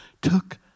Took